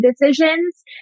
decisions